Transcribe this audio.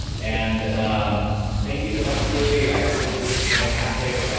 and um thank you so much julie, this was fantastic.